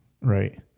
Right